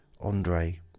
Andre